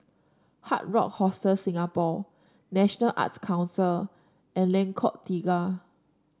Hard Rock Hostel Singapore National Arts Council and Lengkok Tiga